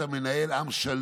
אתה מנהל פה עם שלם